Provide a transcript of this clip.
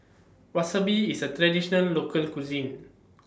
Wasabi IS A Traditional Local Cuisine